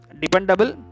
dependable